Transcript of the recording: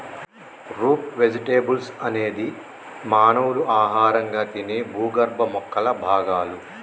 route vegetables అనేది మానవులు ఆహారంగా తినే భూగర్భ మొక్కల భాగాలు